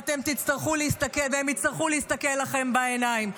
והם יצטרכו להסתכל לכם בעיניים.